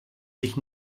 sich